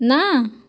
ନାଁ